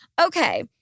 Okay